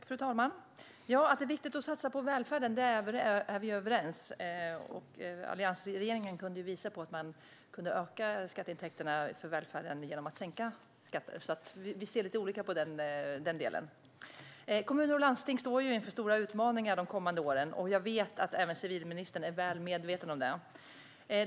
Fru talman! Att det är viktigt att satsa på välfärden är vi överens om. Alliansregeringen kunde ju visa på att man kunde öka skatteintäkterna till välfärden genom att sänka skatter. Vi ser lite olika på den delen. Kommuner och landsting står inför stora utmaningar de kommande åren. Jag vet att även civilministern är väl medveten om det.